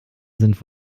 sind